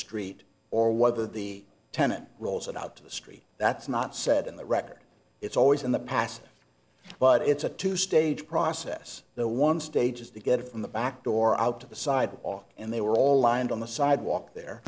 street or whether the tenant rolls it out to the street that's not said in the record it's always in the past but it's a two stage process the one stages they get from the back door out to the sidewalk and they were all lined on the sidewalk there